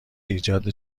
ایجاد